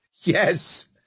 yes